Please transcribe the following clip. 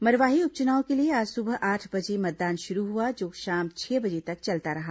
मरवाही उपचुनाव के लिए आज सुबह आठ बजे मतदान शुरू हुआ जो शाम छह बजे तक चलता रहा